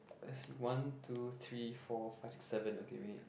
let's see one two three four five six seven okay we need